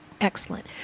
excellent